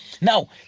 Now